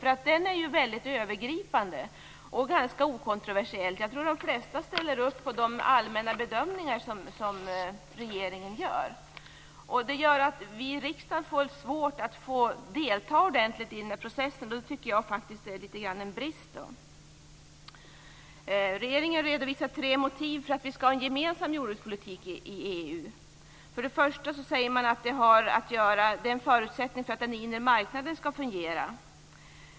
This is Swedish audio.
Den är ju väldigt övergripande och ganska okontroversiell. Jag tror att de flesta ställer upp på de allmänna bedömningar som regeringen gör. Det gör att vi i riksdagen får svårt att delta ordentligt i processen. Det tycker jag faktiskt är något av en brist. Regeringen redovisar tre motiv för att vi skall ha en gemensam jordbrukspolitik inom EU. Det första motivet är att det är en förutsättning för att den inre marknaden skall fungera.